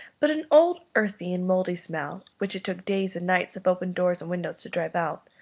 but an old earthy and mouldy smell, which it took days and nights of open doors and windows to drive out,